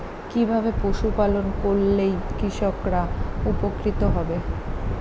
কিভাবে পশু পালন করলেই কৃষকরা উপকৃত হবে?